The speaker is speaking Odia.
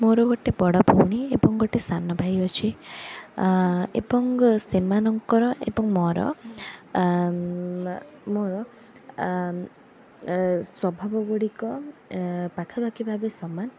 ମୋର ଗୋଟେ ବଡ଼ଭଉଣୀ ଏବଂ ଗୋଟେ ସାନଭାଇ ଅଛି ଏବଂ ସେମାନଙ୍କର ଏବଂ ମୋର ମୋର ଏ ସ୍ଵଭାବ ଗୁଡ଼ିକ ଏ ପାଖାପାଖି ଭାବେ ସମାନ